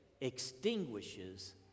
...extinguishes